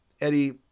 Eddie